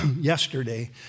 yesterday